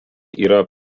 yra